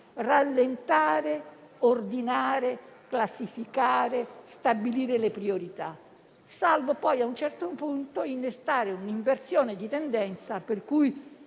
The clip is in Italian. rallentare, ordinare, classificare e stabilire le priorità, salvo poi, a un certo punto, innestare un'inversione di tendenza per cui